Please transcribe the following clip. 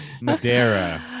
Madeira